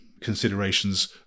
considerations